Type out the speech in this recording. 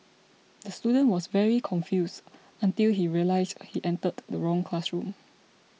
the student was very confused until he realised he entered the wrong classroom